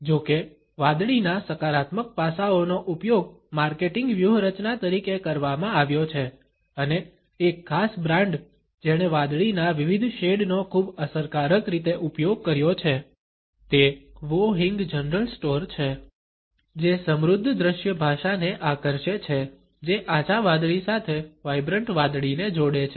જો કે વાદળીના સકારાત્મક પાસાઓનો ઉપયોગ માર્કેટિંગ વ્યૂહરચના તરીકે કરવામાં આવ્યો છે અને એક ખાસ બ્રાન્ડ જેણે વાદળીના વિવિધ શેડનો ખૂબ અસરકારક રીતે ઉપયોગ કર્યો છે તે વો હિંગ જનરલ સ્ટોર છે જે સમૃદ્ધ દ્રશ્ય ભાષાને આકર્ષે છે જે આછા વાદળી સાથે વાઇબ્રન્ટ વાદળીને જોડે છે